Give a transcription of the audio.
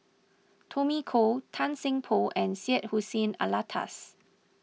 Tommy Koh Tan Seng Poh and Syed Hussein Alatas